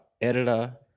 editor